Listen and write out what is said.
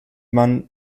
man